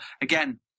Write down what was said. again